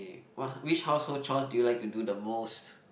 which house chores do you like to do the most